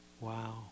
Wow